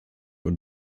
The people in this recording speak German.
und